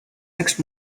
next